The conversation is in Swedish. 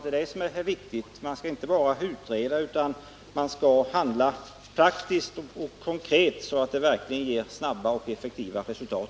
Det är det som är viktigt — man skall inte bara utreda, utan man skall handla praktiskt och konkret så att det verkligen ger snabba och effektiva resultat.